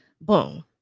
Boom